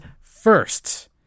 first